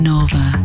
Nova